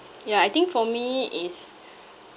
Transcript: ya I think for me is